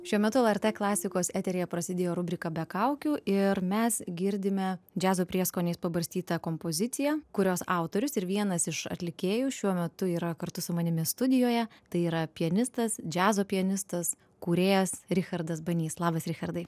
šiuo metu lrt klasikos eteryje prasidėjo rubrika be kaukių ir mes girdime džiazo prieskoniais pabarstytą kompoziciją kurios autorius ir vienas iš atlikėjų šiuo metu yra kartu su manimi studijoje tai yra pianistas džiazo pianistas kūrėjas richardas banys labas richardai